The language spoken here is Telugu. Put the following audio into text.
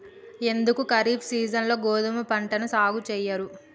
ఎందుకు ఖరీఫ్ సీజన్లో గోధుమ పంటను సాగు చెయ్యరు?